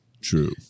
True